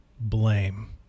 blame